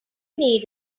need